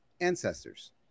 ancestors